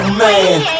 man